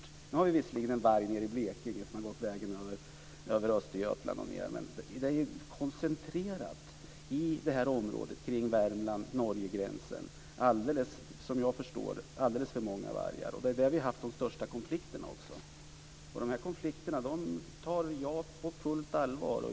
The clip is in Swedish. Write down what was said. En varg är visserligen nere i Blekinge, efter att ha gått vägen över Östergötland och ned, men vargarna är koncentrerade i området kring Värmland och Norgegränsen, där det är alldeles för många vargar, om jag har förstått det rätt. Det är också där vi har haft de största konflikterna, som jag tar på fullt allvar.